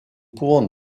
pouvons